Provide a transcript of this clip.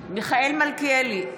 מיכאל מלכיאלי,